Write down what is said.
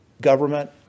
government